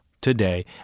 today